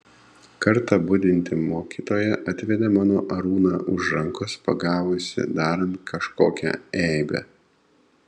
kartą budinti mokytoja atvedė mano arūną už rankos pagavusi darant kažkokią eibę